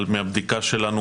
אבל מהבדיקה שלנו,